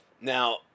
Now